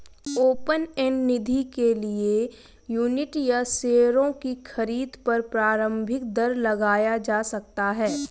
open end निधि के लिए यूनिट या शेयरों की खरीद पर प्रारम्भिक दर लगाया जा सकता है